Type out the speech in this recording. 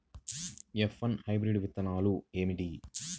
F one hybrid విత్తనాలు ఏమిటి?